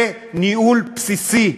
זה ניהול בסיסי,